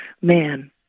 Man